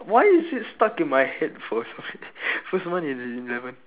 why is it stuck in my head for sorry first month in in eleven